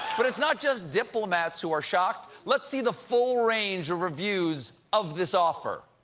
but it's not just diplomats who are shocked. let's see the full range of reviews of this offer